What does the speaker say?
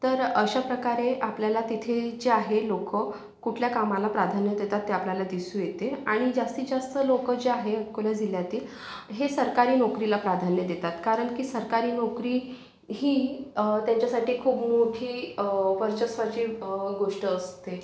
तर अशा प्रकारे आपल्याला तिथे जे आहे लोकं कुठल्या कामाला प्राधान्य देतात ते आपल्याला दिसून येते आणि जास्तीत जास्त लोकं जे आहे अकोला जिल्ह्यातील हे सरकारी नोकरीला प्राधान्य देतात कारण की सरकारी नोकरी ही त्यांच्यासाठी खूप मोठी वर्चस्वाची गोष्ट असते